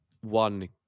one